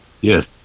Yes